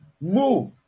move